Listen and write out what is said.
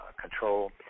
control